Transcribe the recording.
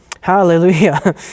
Hallelujah